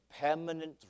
permanent